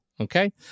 Okay